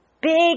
big